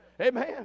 amen